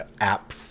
app